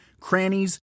crannies